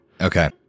Okay